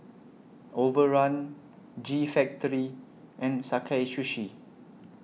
Overrun G Factory and Sakae Sushi